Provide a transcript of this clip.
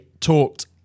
talked